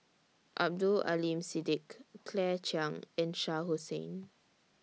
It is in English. Abdul Aleem Siddique Claire Chiang and Shah Hussain